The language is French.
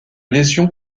lésions